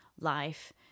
life